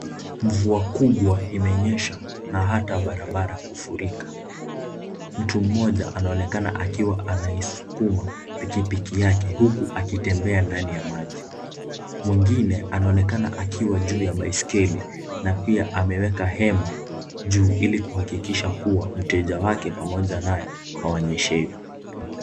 Mvua kubwa imenyesha na hata barabara kufurika. Mtu mmoja anaonekana akiwa anaisukuma pikipiki yake huku akitembea ndani ya maji. Mwingine anaonekana akiwa juu ya baisikeli na pia ameweka hema juu ili kuhakikisha kuwa mteja wake pamoja naye hawanyeshewi.